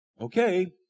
Okay